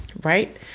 Right